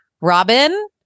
Robin